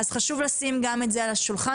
אז חשוב לשים גם את זה על השולחן,